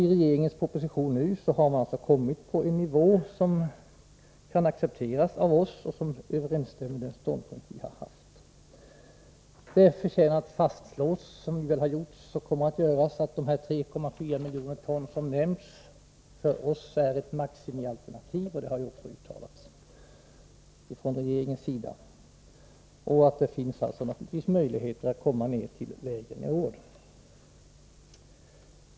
I den proposition vi nu behandlar har man alltså uppnått den nivå som kan accepteras av oss och som överensstämmer med den ståndpunkt som vi har haft. Det förtjänar att fastslås — det har det väl gjorts och kommer väl att göras — att de 3,4 miljoner ton som nämnts för oss är ett maximialternativ. Det har också uttalats från regeringens sida, och det finns naturligtvis möjligheter att komma ned till lägre nivåer.